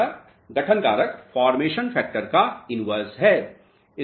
यह गठन कारक का इनवर्स है